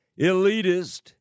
elitist